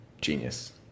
Genius